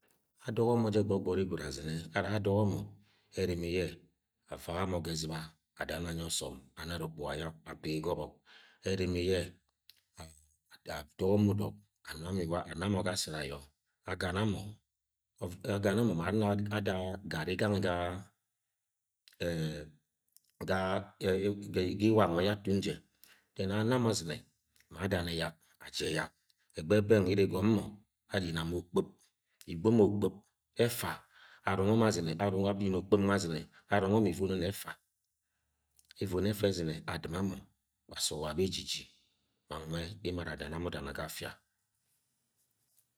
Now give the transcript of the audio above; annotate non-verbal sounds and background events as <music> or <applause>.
Adọgọ mọ je gbogbori gwud azine ara adogo mọ erimi ye avaga mo ga ezɨ̃ba adana anyi osom anara okpuga ayo apigi ga obok, erimi ye ad-adogo mọ udog ama mo iwa ama amamo ga so-od ayo adana mo ov-ma ana-ada gari gang nwe ga-a e-e <unintelligible> dem ana mo azine ma adana eyak aji eyak egbe beng iri gomo ayina ma okpɨ̃p ibo mo okpɨ̃p efa arongho mo azine arongho abi no-okpɨ̃p nwe azine arongo mo evononi efa evono efa ezime adɨ̃ma mo kpasuk wa beji ji ma nwe emo ara adana ma udana ga afia.